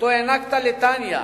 שהענקת לטניה.